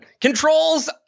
Controls